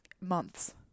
months